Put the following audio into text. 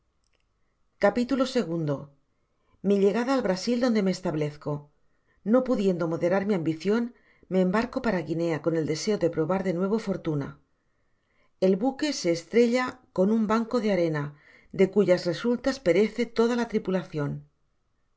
capitulo ii mi llegada al brasil donde me establezco no podiendo moderar mi ambicion me embarco para guinea con el deseo de probar de nuevo fortuna el buque se estrella en un banco de arena de cuyas resultas perece toda la tripulacion